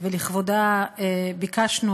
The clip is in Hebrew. ולכבודה ביקשנו,